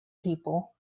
people